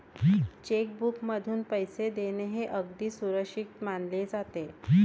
check बुकमधून पैसे देणे हे अगदी सुरक्षित मानले जाते